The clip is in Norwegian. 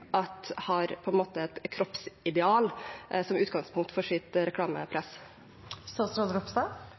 har et kroppsideal som utgangspunkt for sitt